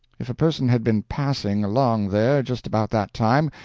if a person had been passing along there just about that time,